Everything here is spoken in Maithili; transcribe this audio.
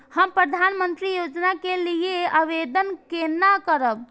हम प्रधानमंत्री योजना के लिये आवेदन केना करब?